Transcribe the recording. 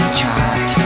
chat